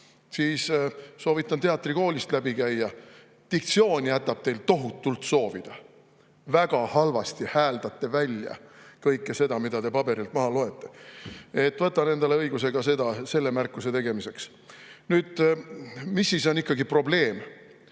siis soovitan teil teatrikoolist läbi käia, sest diktsioon jätab teil tohutult soovida. Väga halvasti hääldate välja kõike seda, mida te paberilt maha loete. Võtan endale õiguse ka selle märkuse tegemiseks. Milles siis on probleem?